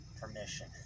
permission